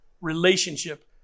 relationship